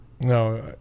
No